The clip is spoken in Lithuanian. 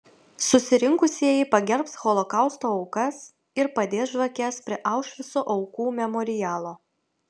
susirinkusieji pagerbs holokausto aukas ir padės žvakes prie aušvico aukų memorialo